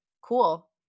cool